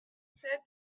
sept